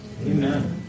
Amen